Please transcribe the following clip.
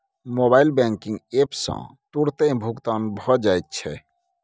mobile banking app सँ तुरतें भुगतान भए जाइत छै